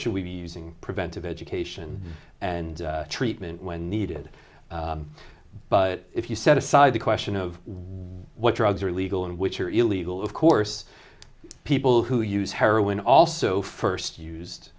should we be using preventive education and treatment when needed but if you set aside the question of what drugs are legal and which are illegal of course people who use heroin also first used